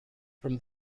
from